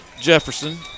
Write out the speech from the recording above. Jefferson